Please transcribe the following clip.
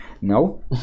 No